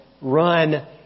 run